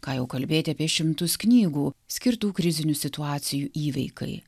ką jau kalbėti apie šimtus knygų skirtų krizinių situacijų įveikai